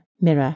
Mirror